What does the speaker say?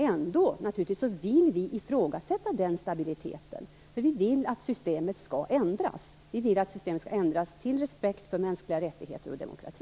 Ändå vill vi ifrågasätta den stabiliteten, eftersom vi vill att systemet skall ändras så att man respekterar mänskliga rättigheter och demokrati.